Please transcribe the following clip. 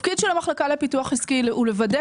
התפקיד של המחלקה לפיתוח עסקי הוא לוודא